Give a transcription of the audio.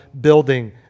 building